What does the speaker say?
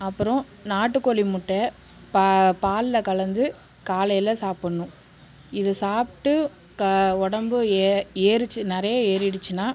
அப்புறம் நாட்டு கோழி முட்டை ப பாலுல கலந்து காலையில் சாப்புடணும் இதை சாப்பிட்டு க உடம்பு ஏறிச்சி நிறைய ஏறிடுச்சுனா